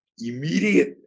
immediate